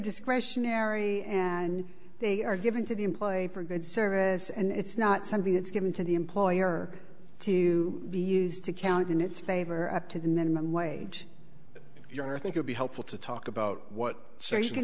discretionary and they are given to the employee for good service and it's not something it's given to the employer to be used to count in its favor at to the minimum wage you are think would be helpful to talk about what so you can